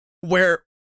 Where-